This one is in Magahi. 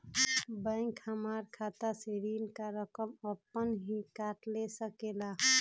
बैंक हमार खाता से ऋण का रकम अपन हीं काट ले सकेला?